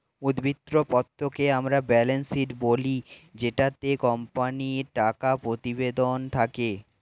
উদ্ধৃত্ত পত্রকে আমরা ব্যালেন্স শীট বলি জেটাতে কোম্পানির টাকা প্রতিবেদন থাকে